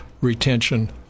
retention